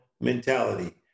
mentality